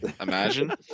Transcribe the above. Imagine